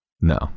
No